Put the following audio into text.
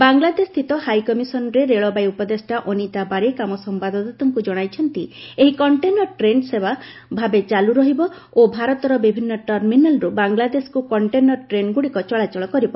ବାଂଲାଦେଶସ୍ଥିତ ହାଇକମିଶନରେ ରେଳବାଇ ଉପଦେଷ୍ଟା ଅନିତା ବାରିକ ଆମ ସମ୍ଭାଦଦାତାଙ୍କୁ ଜଣାଇଛନ୍ତି ଏହି କଣ୍ଟେନର ଟ୍ରେନ୍ ସେବା ଭାବେ ଚାଲୁ ରହିବ ଓ ଭାରତର ବିଭିନ୍ନ ଟର୍ମିନାଲ୍ରୁ ବାଂଲାଦେଶକୁ କଣ୍ଟେନର ଟ୍ରେନ୍ଗୁଡ଼ିକ ଚଳାଚଳ କରିବ